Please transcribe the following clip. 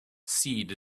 seed